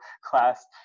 class